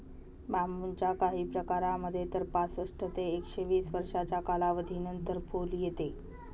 बांबूच्या काही प्रकारांमध्ये तर पासष्ट ते एकशे वीस वर्षांच्या कालावधीनंतर फुल येते